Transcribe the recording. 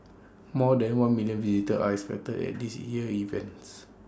more than one million visitors ice expected at this year's events